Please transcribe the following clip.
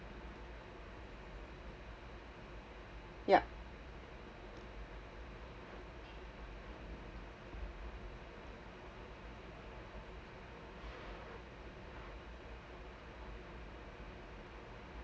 yup